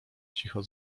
cicho